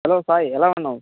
hello Sai ఎలా ఉన్నావు